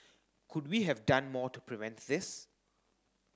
could we have done more to prevent this